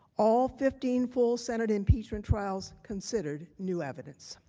all fifteen full senate impeachment trials considered new evidence.